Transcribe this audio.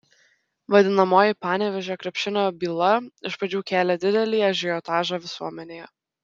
vadinamoji panevėžio krepšinio byla iš pradžių kėlė didelį ažiotažą visuomenėje